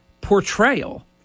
portrayal